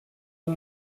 and